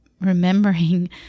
remembering